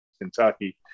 Kentucky